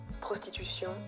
Prostitution